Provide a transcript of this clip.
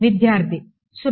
విద్యార్థి 0